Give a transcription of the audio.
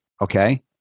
Okay